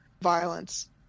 violence